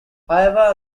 however